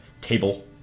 table